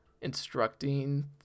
instructing